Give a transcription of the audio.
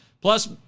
Plus